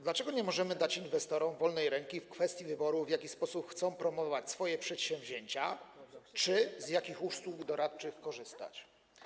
Dlaczego nie możemy dać inwestorom wolnej ręki w kwestii wyboru, w jaki sposób chcą promować swoje przedsięwzięcia czy z jakich usług doradczych chcą korzystać?